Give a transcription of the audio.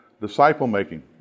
disciple-making